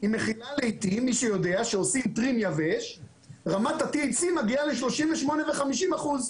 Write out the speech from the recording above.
לעיתים היא מכילה, רמת ה-TNC מגיעה ל-38% ו-50%.